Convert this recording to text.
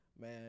Man